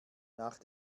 nach